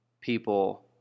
people